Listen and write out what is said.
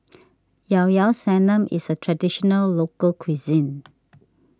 Ilao Ilao Sanum is a Traditional Local Cuisine